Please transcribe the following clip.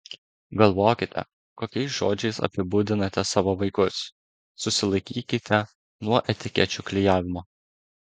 galvokite kokiais žodžiais apibūdinate savo vaikus susilaikykite nuo etikečių klijavimo